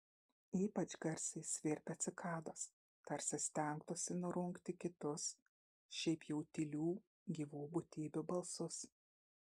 ypač garsiai svirpia cikados tarsi stengtųsi nurungti kitus šiaip jau tylių gyvų būtybių balsus